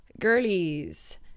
Girlies